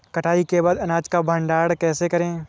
कटाई के बाद अनाज का भंडारण कैसे करें?